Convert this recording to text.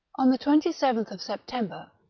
on the twenty seventh september,